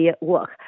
work